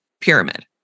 pyramid